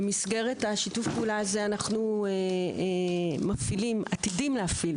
במסגרתו אנו עתידים להפעיל